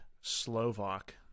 Slovak